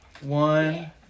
one